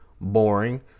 Boring